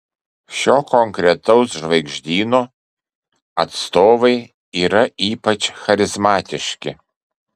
šio konkretaus žvaigždyno atstovai yra ypač charizmatiški